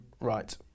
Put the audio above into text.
Right